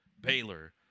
Baylor